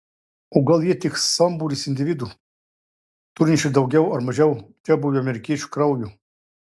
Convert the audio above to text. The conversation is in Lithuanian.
o gal jie tik sambūris individų turinčių daugiau ar mažiau čiabuvių amerikiečių kraujo